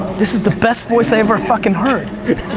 this is the best voice i ever fucking heard. it